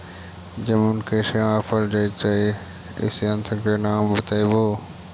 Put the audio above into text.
जमीन कैसे मापल जयतय इस यन्त्र के नाम बतयबु?